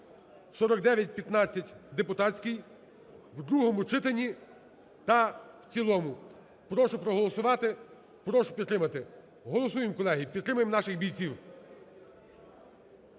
4915 (депутатський) в другому читанні та в цілому. Прошу проголосувати, прошу підтримати. Голосуємо, колеги, підтримаємо наших бійців.